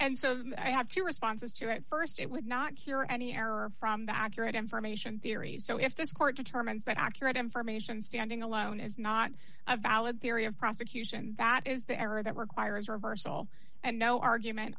and so i have two responses to it st it would not cure any error from the accurate information theories so if this court determines that accurate information standing alone is not a valid theory of prosecution that is the error that requires reversal and no argument